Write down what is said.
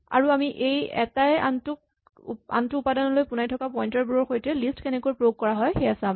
আৰু আমি এই এটাই আনটো উপাদানলৈ পোনাই থকা পইন্টাৰ বোৰৰ সৈতে লিষ্ট কেনেকৈ প্ৰয়োগ কৰা হয় সেয়া চাম